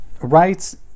Rights